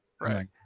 right